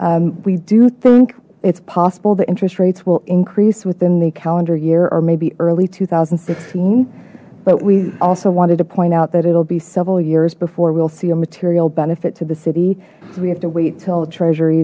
we do think it's possible the interest rates will increase within the calendar year or maybe early two thousand and sixteen but we also wanted to point out that it'll be several years before we'll see a material benefit to the city so we have to wait till treasur